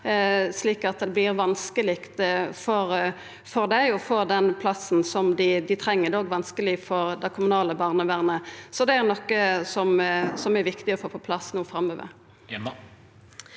slik at det vert vanskeleg for dei å få den plassen dei treng. Det er òg vanskeleg for det kommunale barnevernet. Dette er noko som er viktig å få på plass framover.